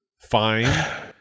fine